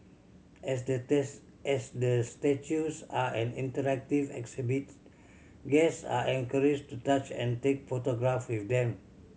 as as the statues are an interactive exhibit guest are encouraged to touch and take photograph with them